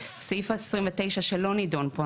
סעיף 29 שלא נידון פה,